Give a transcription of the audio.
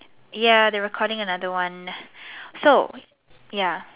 ya they're recording another one so